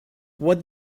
what